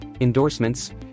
endorsements